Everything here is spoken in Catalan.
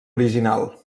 original